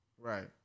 Right